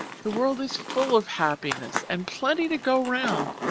the world is full of happiness, and plenty to go round,